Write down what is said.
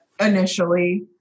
initially